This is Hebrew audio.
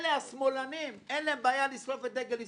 אלה השמאלנים אין להם בעיה לשרוף את דגל ישראל.